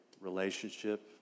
relationship